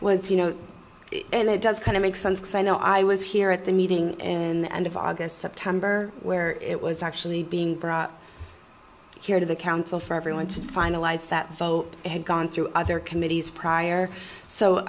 was you know and it does kind of make sense because i know i was here at the meeting in the end of august september where it was actually being brought here to the council for everyone to finalize that had gone through other committees prior so